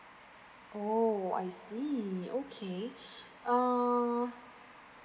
oh I see okay err